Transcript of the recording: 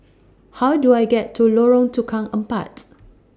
How Do I get to Lorong Tukang Empat